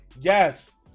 Yes